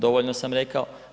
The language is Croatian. Dovoljno sam rekao.